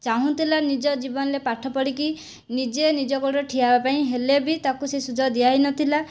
ଚାହୁଁଥିଲା ନିଜ ଜୀବନରେ ପାଠ ପଢ଼ିକି ନିଜେ ନିଜ ଗୋଡ଼ରେ ଠିଆ ହେବା ପାଇଁ ହେଲେ ବି ତାକୁ ସେ ସୁଯୋଗ ଦିଆହୋଇନଥିଲା